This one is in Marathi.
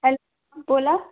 हॅलो बोला